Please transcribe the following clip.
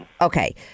Okay